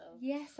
Yes